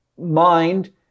mind